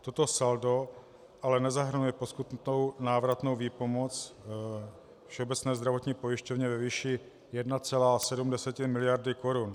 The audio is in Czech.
Toto saldo ale nezahrnuje poskytnutou návratnou výpomoc Všeobecné zdravotní pojišťovně ve výši 1,7 miliardy korun.